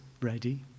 ready